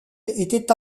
étaient